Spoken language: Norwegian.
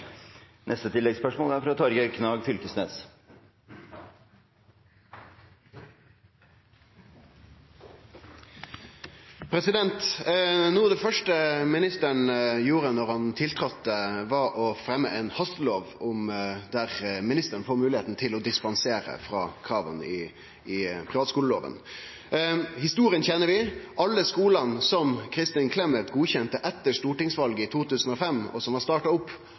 det første ministeren gjorde da han tiltredde, var å fremje ein hastelov, der ministeren får moglegheita til å dispensere frå krava i privatskoleloven. Historia kjenner vi: Alle skolane som Kristin Clemet godkjende etter stortingsvalet i 2005, og som har starta opp,